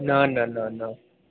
न न न न